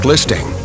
listing